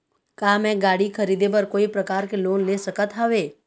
का मैं गाड़ी खरीदे बर कोई प्रकार के लोन ले सकत हावे?